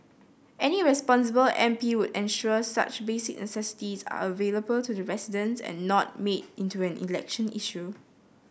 any responsible M P would ensure such basic necessities are available to the residents and not made into an election issue